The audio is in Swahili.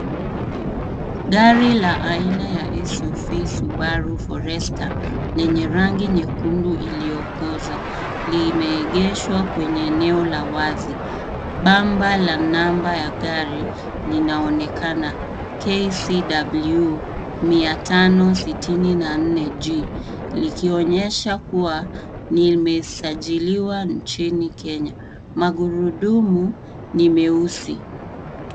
Gari la aina ya SUV Subaru Forester lenye rangi nyekundu iliyokoza limeegeshwa kwenye eneo la wazi. Bamba la namba ya gari linaonekana, KCW 564G, likionyesha kuwa limesajiliwa nchini Kenya. Magurudumu ni meusi.